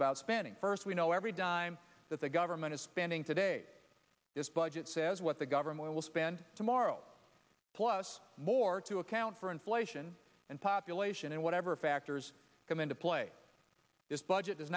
about spending first we know every dime that the government is spending today this budget says what the government will spend tomorrow plus more to account for inflation and population and whatever factors come into play this budget does